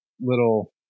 little